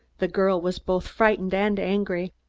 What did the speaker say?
the girl was both frightened and angry.